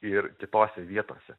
ir kitose vietose